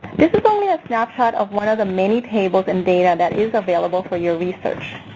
this is only a snapshot of one of the many tables and data that is available for your research.